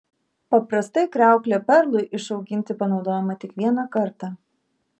paprastai kriauklė perlui išauginti panaudojama tik vieną kartą